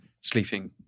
sleeping